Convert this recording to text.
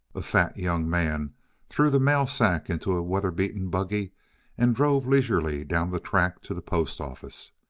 a fat young man threw the mail sack into a weather-beaten buggy and drove leisurely down the track to the post office.